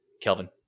Kelvin